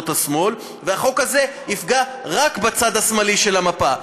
השמאל והחוק הזה יפגע רק בצד השמאלי של המפה,